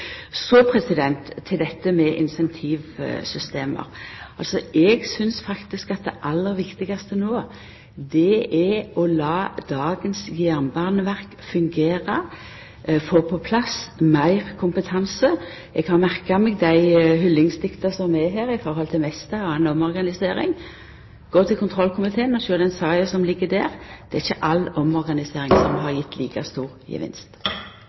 til dette med incentivsystem. Eg synest faktisk at det aller viktigaste no er å lata dagens jernbaneverk fungera og få på plass meir kompetanse. Eg har merka meg hyllingsdikta her i høve til Mesta og anna omorganisering: Gå til kontrollkomiteen og sjå på den saka som ligg der – det er ikkje all omorganisering som har gjeve like stor gevinst.